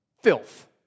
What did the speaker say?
filth